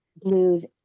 blues